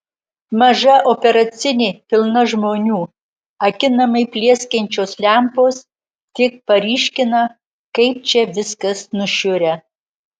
maža operacinė pilna žmonių akinamai plieskiančios lempos tik paryškina kaip čia viskas nušiurę